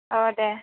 अ दे